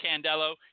Candelo